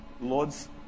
Lord's